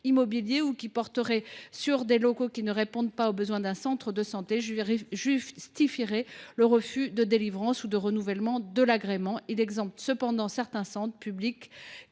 immobilier ou qui porterait sur des locaux ne répondant pas aux besoins d’un centre de santé justifierait le refus de délivrance ou de renouvellement de l’agrément. Toutefois, nous proposons d’exempter certains centres publics